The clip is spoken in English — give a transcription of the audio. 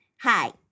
hi